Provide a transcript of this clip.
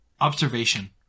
Observation